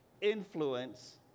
influence